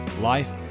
life